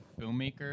filmmaker